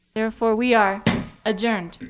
therefore we are adjourned.